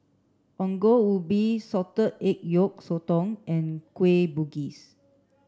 Ongol Ubi salted egg yolk sotong and Kueh Bugis